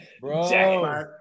bro